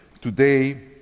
Today